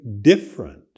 different